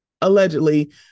allegedly